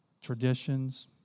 Traditions